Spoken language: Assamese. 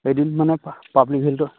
এদিন মানে পা পাব্লিক হেল্থৰ